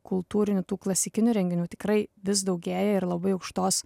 kultūrinių tų klasikinių renginių tikrai vis daugėja ir labai aukštos